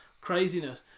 craziness